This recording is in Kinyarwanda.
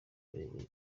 bayobozi